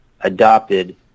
adopted